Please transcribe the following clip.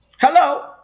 Hello